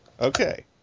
Okay